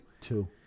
two